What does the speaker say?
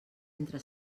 entre